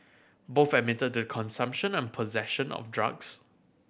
both admitted to consumption and possession of drugs